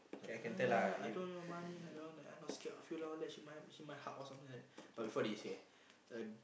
I don't want your money I don't want like I not scared of you lah all that she my she my heart or something like that but before this okay uh